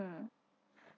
mm